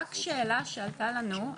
רק שאלה שעלתה לנו.